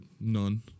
None